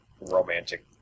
romantic